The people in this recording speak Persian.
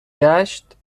گشت